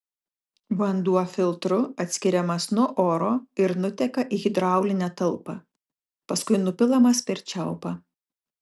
vanduo filtru atskiriamas nuo oro ir nuteka į hidraulinę talpą paskui nupilamas per čiaupą